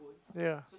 ya